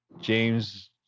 James